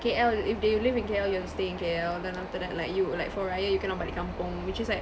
K_L if they live in K_L you have to stay in K_L then after that like you like for raya you cannot balik kampung which is like